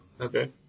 Okay